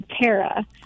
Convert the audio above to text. Tara